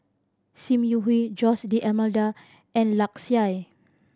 Sim Yi Hui Jose D'Almeida and Lark Sye